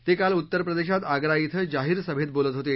ते काल उत्तरप्रदेशात आग्रा इथं जाहीर सभेत बोलत होते